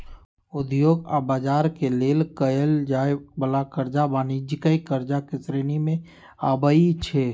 उद्योग आऽ व्यापार के लेल कएल जाय वला करजा वाणिज्यिक करजा के श्रेणी में आबइ छै